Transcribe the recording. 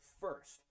first